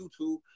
YouTube